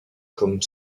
comme